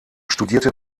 studierte